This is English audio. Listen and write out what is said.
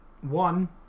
One